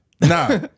Nah